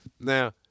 Now